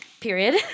period